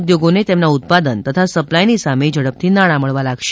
ઉદ્યોગોને તેમના ઉત્પાદન તથા સપ્લાયની સામે ઝડપથી નાણા મળવા લાગશે